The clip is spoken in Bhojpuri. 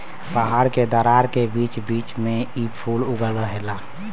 पहाड़ के दरार के बीच बीच में इ फूल उगल रहेला